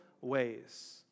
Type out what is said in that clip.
ways